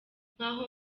nk’aho